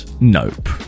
nope